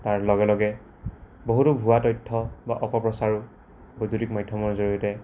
তাৰ লগে লগে বহুতো ভূৱা তথ্য বা অপপ্ৰচাৰো বৈদ্যুতিক মাধ্যমৰ জৰিয়তে